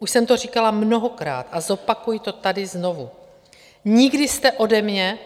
Už jsem to říkala mnohokrát a zopakuji to tady znovu: Nikdy jste ode mě